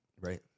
Right